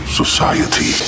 society